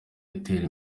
itera